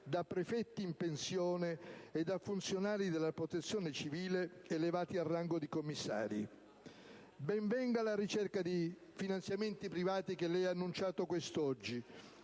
da prefetti in pensione e da funzionari della Protezione civile elevati al rango di commissari. Ben venga la ricerca di finanziamenti privati, che lei ha annunciato quest'oggi,